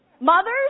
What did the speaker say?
Mothers